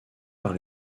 par